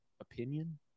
opinion